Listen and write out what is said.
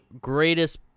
greatest